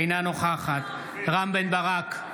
אינה נוכחת רם בן ברק,